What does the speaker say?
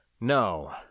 No